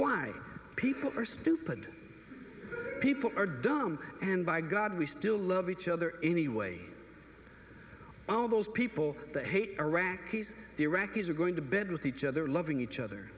why people are stupid people are dumb and by god we still love each other anyway all those people that hate iraqis iraqis are going to bed with each other loving each other